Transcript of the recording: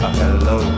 hello